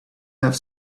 have